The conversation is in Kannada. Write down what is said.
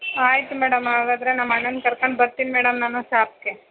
ಆಯಿತು ಮೇಡಮ್ ಹಾಗಾದರೆ ನಮ್ಮ ಅಣ್ಣನ್ನ ಕರ್ಕಂಡು ಬರ್ತೀನಿ ಮೇಡಮ್ ನಾನು ಶಾಪ್ಗೆ